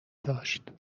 داشت